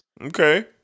Okay